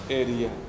area